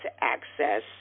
access